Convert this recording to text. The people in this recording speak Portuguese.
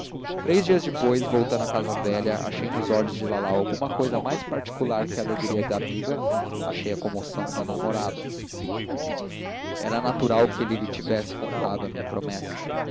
três dias depois voltando à casa velha achei nos olhos de lalau alguma cousa mais particular que a alegria da amiga achei a comoção da namorada era natural que ele lhe tivesse contado a minha promessa